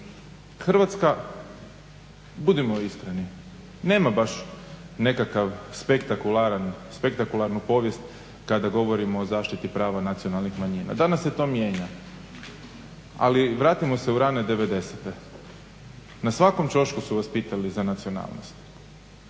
Hrvatska budimo iskreni nema baš nekakav spektakularnu povijest kada govorimo o zaštiti prava nacionalnih manjina, ali danas se to mijenja. Ali vratimo se u rane devedesete. Na svakom ćošku su vas pitali za nacionalnost.